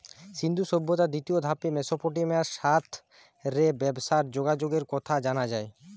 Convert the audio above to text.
সিন্ধু সভ্যতার দ্বিতীয় ধাপে মেসোপটেমিয়ার সাথ রে ব্যবসার যোগাযোগের কথা জানা যায়